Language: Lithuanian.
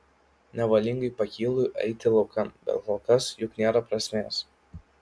nevalingai pakylu eiti laukan bet kol kas juk nėra prasmės